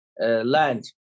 land